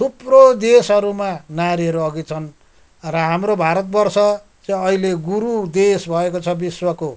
थुप्रो देशहरूमा नारीहरू अघि छन् र हाम्रो भारतवर्ष चाहिँ अहिले गुरु देश भएको छ विश्वको